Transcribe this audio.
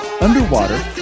Underwater